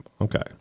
Okay